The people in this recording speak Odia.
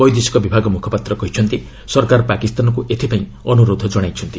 ବୈଦେଶିକ ବିଭାଗ ମୁଖପାତ୍ର କହିଛନ୍ତି ସରକାର ପାକିସ୍ତାନକୁ ଏଥିପାଇଁ ଅନୁରୋଧ ଜଶାଇଛନ୍ତି